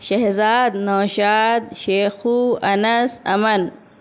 شہزاد نوشاد شیخو انس امن